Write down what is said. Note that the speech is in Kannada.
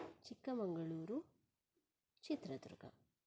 ಚಿಕ್ಕಮಗಳೂರು ಚಿತ್ರದುರ್ಗ